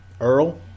Earl